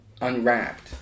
unwrapped